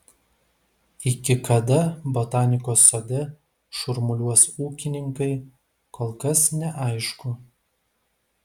iki kada botanikos sode šurmuliuos ūkininkai kol kas neaišku